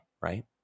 right